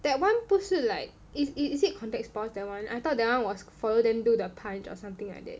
that [one] 不是 like is is it contact sports that [one] I thought that [one] was follow them do the punch or something like that